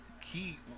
key